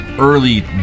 early